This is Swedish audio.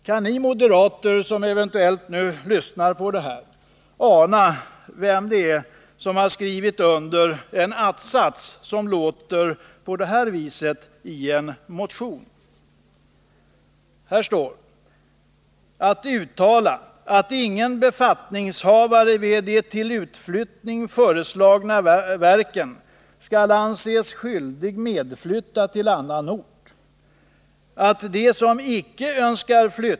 Kan ni moderater, som eventuellt nu lyssnar, ana vem som skrivit under följande motionskläm?